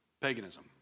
Paganism